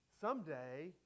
someday